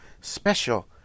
special